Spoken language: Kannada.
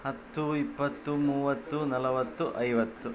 ಹತ್ತು ಇಪ್ಪತ್ತು ಮೂವತ್ತು ನಲವತ್ತು ಐವತ್ತು